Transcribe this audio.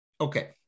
Okay